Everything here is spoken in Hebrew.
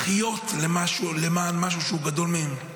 לחיות למען משהו שהוא גדול מהם.